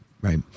right